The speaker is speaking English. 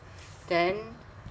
then